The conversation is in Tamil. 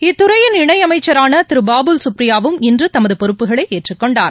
இத்துறையின் இணையமைச்சரான திரு பாபுல் சுப்ரியாவும் இன்று தமது பொறுப்புகளை ஏற்றுக்கொண்டார்